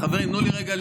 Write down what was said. חברים, תנו לי רגע לסיים.